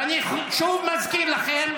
ואני שוב מזכיר לכם: